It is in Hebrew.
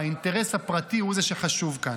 האינטרס הפרטי הוא זה שחשוב כאן.